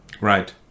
right